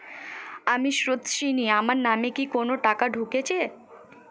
আমি স্রোতস্বিনী, আমার নামে কি কোনো টাকা ঢুকেছে?